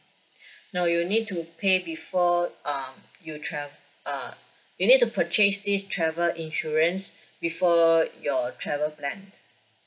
no you need to pay before uh you trav~ ah you need to purchase this travel insurance before your travel plan